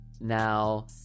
now